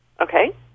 Okay